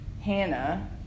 Hannah